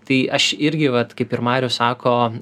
tai aš irgi vat kaip ir marius sako